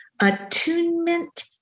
attunement